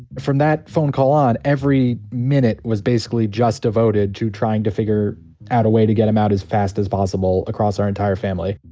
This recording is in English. from that phone call on, every minute was basically just devoted to trying to figure out a way to get him out as fast as possible, across our entire family.